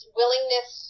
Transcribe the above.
willingness